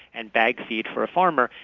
and bag feed, for a farmer,